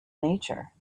nature